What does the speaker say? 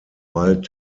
bald